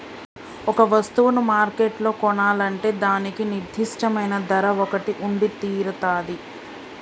ఒక వస్తువును మార్కెట్లో కొనాలంటే దానికి నిర్దిష్టమైన ధర ఒకటి ఉండితీరతాది